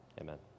amen